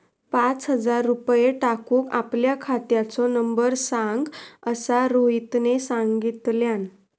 पाच हजार रुपये टाकूक आपल्या खात्याचो नंबर सांग असा रोहितने सांगितल्यान